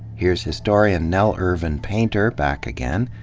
here's historian nell irvin painter, back again.